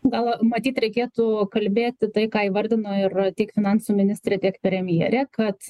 gal matyt reikėtų kalbėti tai ką įvardino ir tiek finansų ministrė tiek premjerė kad